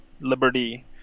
liberty